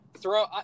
throw